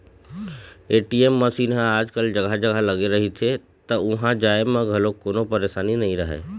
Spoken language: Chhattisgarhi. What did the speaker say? ए.टी.एम मसीन ह आजकल जघा जघा लगे रहिथे त उहाँ जाए म घलोक कोनो परसानी नइ रहय